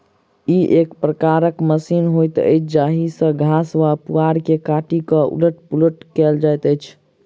ई एक प्रकारक मशीन होइत अछि जाहि सॅ घास वा पुआर के काटि क उलट पुलट कयल जाइत छै